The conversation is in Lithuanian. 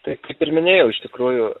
tai kaip ir minėjau iš tikrųjų